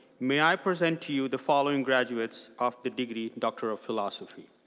may i present to you the following graduates of the degree doctor of philosophy.